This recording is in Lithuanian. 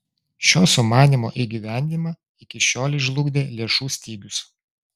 šio sumanymo įgyvendinimą iki šiolei žlugdė lėšų stygius